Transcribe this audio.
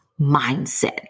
mindset